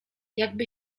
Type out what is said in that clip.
jakby